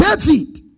David